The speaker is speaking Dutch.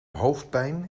hoofdpijn